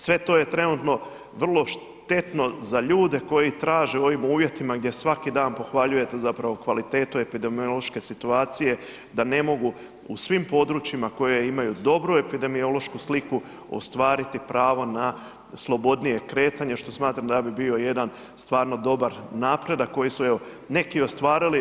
Sve to je trenutno vrlo štetno za ljude koji traže u ovim uvjetima gdje svaki dan pohvaljujete zapravo kvalitetu epidemiološke situacije, da ne mogu u svim područjima koja imaju dobru epidemiološku sliku, ostvariti pravo na slobodnije kretanje, što smatram da bi bio jedan stvarno dobar napredak koji su neki ostvarili.